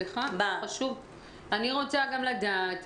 אני רוצה לדעת,